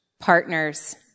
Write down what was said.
partners